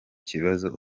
kibazo